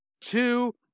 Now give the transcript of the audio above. two